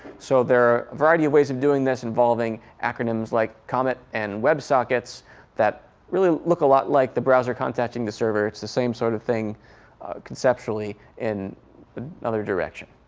so there are a variety of ways of doing this involving acronyms like comet and websockets that really look a lot like the browser contacting the server. it's the same sort of thing conceptually in the other direction.